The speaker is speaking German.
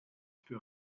für